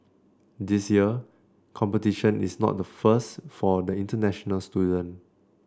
this year competition is not the first for the international student